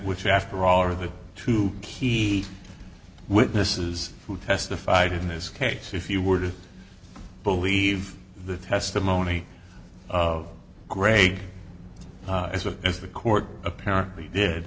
which after all are the two key witnesses who testified in this case if you were to believe the testimony of greg as well as the court apparently did